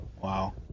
Wow